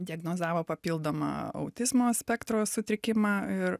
diagnozavo papildomą autizmo spektro sutrikimą ir